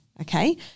Okay